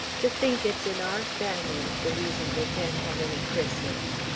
to think it's in our family, the reason they can't have any christmas.